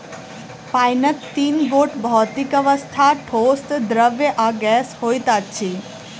पाइनक तीन गोट भौतिक अवस्था, ठोस, द्रव्य आ गैस होइत अछि